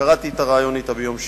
וקראתי את הריאיון אתה ביום שישי,